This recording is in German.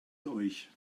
euch